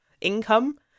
income